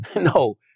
No